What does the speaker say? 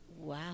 wow